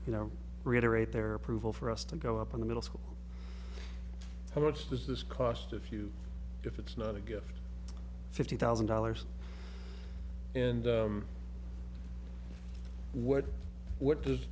you know reiterate their approval for us to go up on the middle school how much does this cost if you if it's not a gift fifty thousand dollars and what what does